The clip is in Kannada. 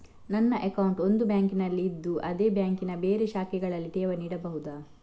ನನ್ನ ಅಕೌಂಟ್ ಒಂದು ಬ್ಯಾಂಕಿನಲ್ಲಿ ಇದ್ದು ಅದೇ ಬ್ಯಾಂಕಿನ ಬೇರೆ ಶಾಖೆಗಳಲ್ಲಿ ಠೇವಣಿ ಇಡಬಹುದಾ?